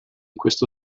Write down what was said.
questo